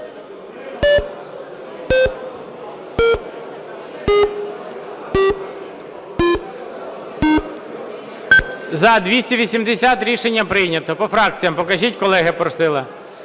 За-280 Рішення прийнято. По фракціям покажіть, колеги просили.